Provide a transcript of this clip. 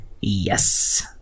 Yes